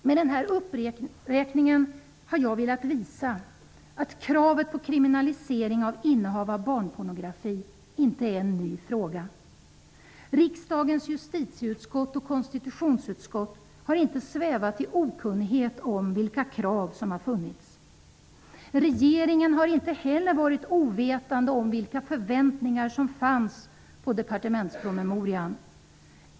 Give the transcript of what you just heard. Med denna uppräkning har jag velat visa att kravet på kriminalisering av innehav av barnpornografi inte är en ny fråga. Riksdagens justitieutskott och konstitutionsutskott har inte svävat i okunnighet om vilka krav som har funnits. Inte heller regeringen har varit ovetande om vilka förväntningar som fanns på departementspromemorian.